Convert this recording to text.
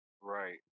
Right